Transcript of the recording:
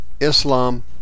Islam